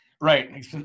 Right